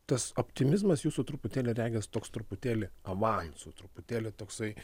tas optimizmas jūsų truputėlį regis toks truputėlį avansu truputėlį toksai